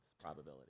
probability